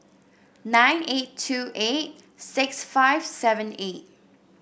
nine eight two eight six five seven eight